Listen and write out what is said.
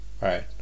Right